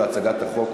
להצגת החוק,